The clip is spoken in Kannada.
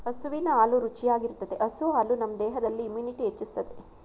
ಹಸುವಿನ ಹಾಲು ರುಚಿಯಾಗಿರ್ತದೆ ಹಸು ಹಾಲು ನಮ್ ದೇಹದಲ್ಲಿ ಇಮ್ಯುನಿಟಿನ ಹೆಚ್ಚಿಸ್ತದೆ